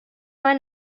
han